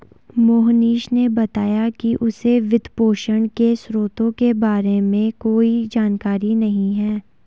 मोहनीश ने बताया कि उसे वित्तपोषण के स्रोतों के बारे में कोई जानकारी नही है